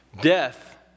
Death